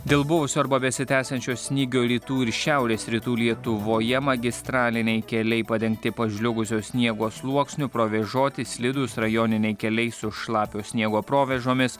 dėl buvusio arba besitęsiančio snygio rytų ir šiaurės rytų lietuvoje magistraliniai keliai padengti pažliugusio sniego sluoksniu provėžoti slidūs rajoniniai keliai su šlapio sniego provėžomis